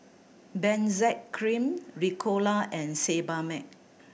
Benzac Cream Ricola and Sebamed